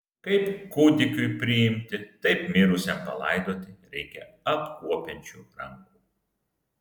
kaip kūdikiui priimti taip mirusiam palaidoti reikia apkuopiančių rankų